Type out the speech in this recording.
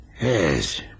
Yes